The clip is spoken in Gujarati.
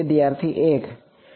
વિદ્યાર્થી 1